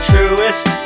Truest